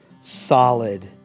solid